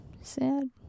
Sad